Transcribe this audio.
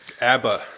ABBA